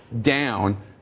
down